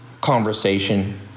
conversation